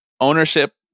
ownership